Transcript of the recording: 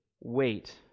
Wait